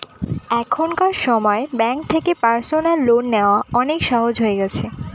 এখনকার সময় ব্যাঙ্ক থেকে পার্সোনাল লোন নেওয়া অনেক সহজ হয়ে গেছে